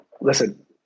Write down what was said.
Listen